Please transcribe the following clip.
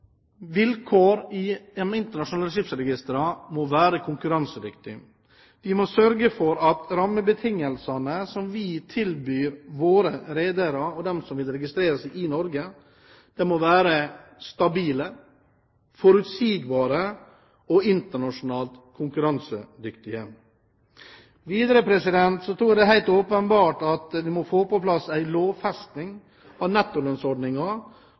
internasjonale skipsregistrene må være konkurransedyktige. Vi må sørge for at rammebetingelsene som vi tilbyr våre redere og andre som vil registrere seg i Norge, er stabile, forutsigbare og internasjonalt konkurransedyktige. Videre er det helt åpenbart at man må lovfeste nettolønnsordningen på et nivå der vi er konkurransedyktige overfor f.eks. våre naboland. Dette er viktig å få på plass,